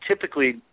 typically